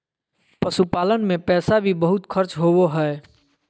पशुपालन मे पैसा भी बहुत खर्च होवो हय